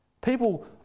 People